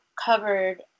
covered